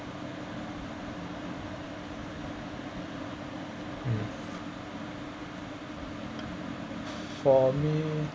mm for me